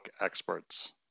experts